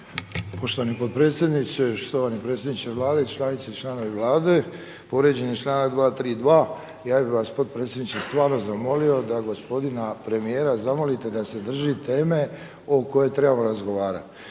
Poštovani potpredsjedniče, štovani predsjedniče Vlade i članice i članovi Vlade. Povrijeđen je članak 232. ja bih vas potpredsjedniče stvarno zamolio da gospodina premijera zamolite da se drži teme o kojoj trebamo razgovarati.